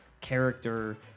character